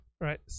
right